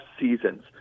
seasons